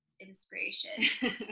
inspiration